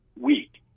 weak